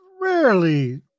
rarely